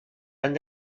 any